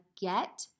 get